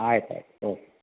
ಆಯ್ತು ಆಯ್ತು ಓಕೆ